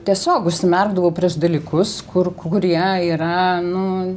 tiesiog užsimerkdavau prieš dalykus kur kurie yra nu